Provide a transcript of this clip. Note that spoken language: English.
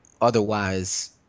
otherwise